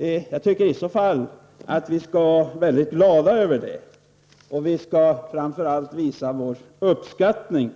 ligger bakom detta? Men det tycker jag att vi borde vara väldigt glada över. Framför allt skall vi visa dessa vår uppskattning.